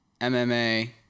MMA